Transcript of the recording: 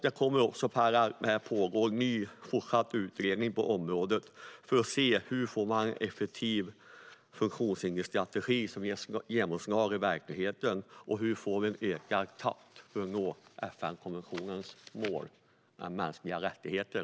Det kommer att pågå en ny fortsatt utredning på området för att se över hur man får en effektiv funktionshindersstrategi som får genomslag i verkligheten och en ökad takt i att nå FN-konventionens mål om mänskliga rättigheter.